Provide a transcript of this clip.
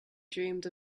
dreamed